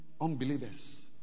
unbelievers